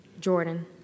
Jordan